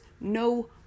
no